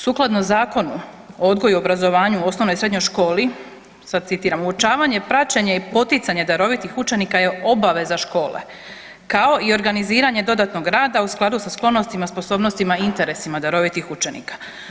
Sukladno Zakonu o odgoju i obrazovanju u osnovnoj i srednjoj školi, sad citiram uočavanje i praćenje i poticanje darovitih učenika je obaveza škole kao i organiziranje dodatnog rada u skladu sa sklonostima, sposobnostima i interesima darovitih učenika.